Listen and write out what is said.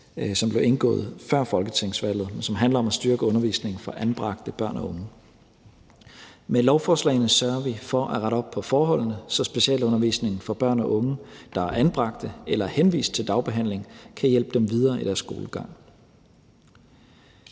som blev indgået før folketingsvalget, men som handler om at styrke undervisningen for anbragte børn og unge. Med lovforslagene sørger vi for at rette op på forholdene, så specialundervisningen for børn og unge, der er anbragt eller henvist til dagbehandling, kan hjælpe dem videre i deres skolegang.